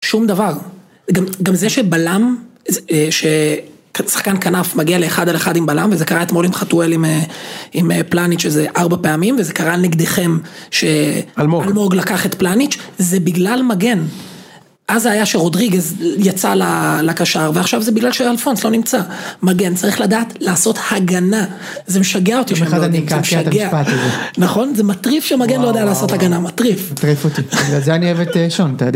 שום דבר, גם זה שבלם, ששחקן כנף מגיע לאחד על אחד עם בלם וזה קרה אתמול עם חתואל עם פלניץ' איזה ארבע פעמים וזה קרה נגדיכם שאלמוג לקח את פלניץ' זה בגלל מגן. אז היה שרודריגז יצא לקשר ועכשיו זה בגלל שאלפונס לא נמצא. מגן צריך לדעת לעשות הגנה, זה משגע אותי שאתם לא יודעים, זה משגע. נכון? זה מטריף שמגן לא ידע לעשות הגנה, מטריף. מטריף אותי.בגלל זה אני אוהב את שונט.